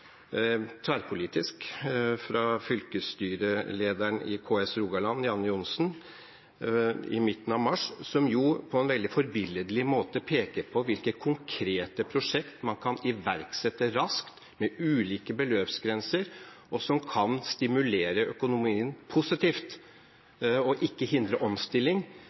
fylkesstyrelederen i KS Rogaland, Janne Johnsen, i midten av mars, som jo på en veldig forbilledlig måte peker på hvilke konkrete prosjekter man kan iverksette raskt, med ulike beløpsgrenser, og som kan stimulere økonomien positivt og ikke hindre omstilling,